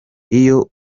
iyo